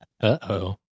Uh-oh